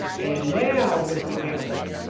and now, mr. cameron,